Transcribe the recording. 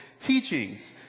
teachings